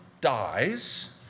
dies